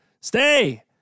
stay